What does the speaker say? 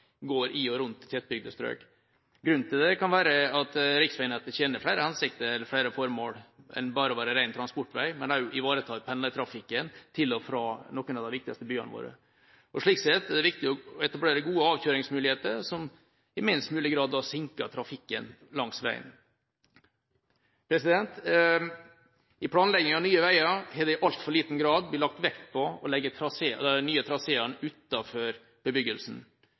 går i og rundt tettbygde strøk. Grunnen til det kan være at riksveinettet tjener flere hensikter og flere formål enn bare å være ren transportvei, men også ivaretar pendlertrafikken til og fra noen av de viktigste byene våre. Slik sett er det viktig å etablere gode avkjøringsmuligheter som i minst mulig grad sinker trafikken langs veien. I planlegginga av nye veier har det i altfor liten grad blitt lagt vekt på å legge de nye traseene utenfor bebyggelsen.